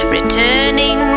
Returning